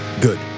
Good